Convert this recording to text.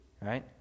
Right